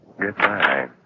Goodbye